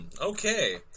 okay